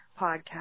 podcast